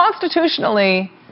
Constitutionally